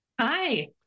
Hi